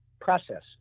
process